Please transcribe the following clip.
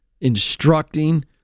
instructing